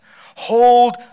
Hold